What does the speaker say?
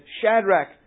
Shadrach